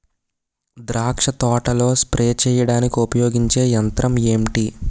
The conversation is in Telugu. ద్రాక్ష తోటలో స్ప్రే చేయడానికి ఉపయోగించే యంత్రం ఎంటి?